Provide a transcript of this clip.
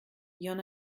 y’en